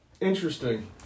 interesting